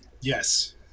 Yes